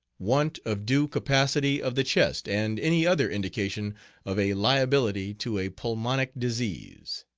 want of due capacity of the chest, and any other indication of a liability to a pulmonic disease.